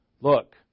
look